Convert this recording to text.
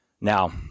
Now